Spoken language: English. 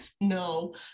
No